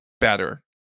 better